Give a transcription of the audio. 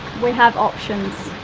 we have options.